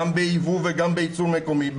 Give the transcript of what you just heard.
גם בייבוא וגם בייצור מקומי,